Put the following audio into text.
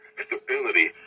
stability